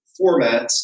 formats